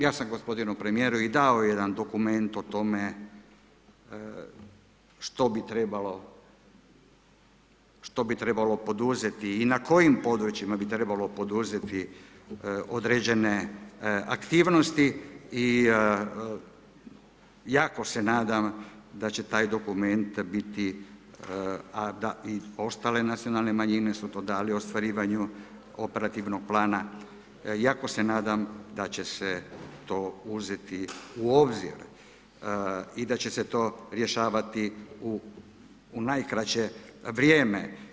Ja sam gospodinu premijeru i dao jedan dokument o tome što bi trebalo poduzeti i na kojim područjima bi trebalo poduzeti određene aktivnosti i jako se nadam da će taj dokument biti, a da i ostale nacionalne manjine su to dali u ostvarivanju operativnog plana, jako se nadam da će se to uzeti u obzir i da će se to rješavati u najkraće vrijeme.